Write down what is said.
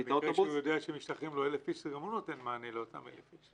כשהוא יודע שהם משתחררים --- שגם הוא נותן מענה לאותם 1,000 איש.